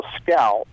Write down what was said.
scout